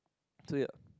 so ya